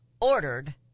ordered